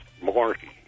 Malarkey